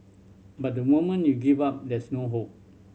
but the moment you give up there's no hope